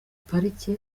parike